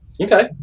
Okay